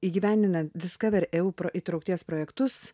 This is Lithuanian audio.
įgyvendinant discovereu įtraukties projektus